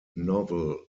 novel